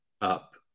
up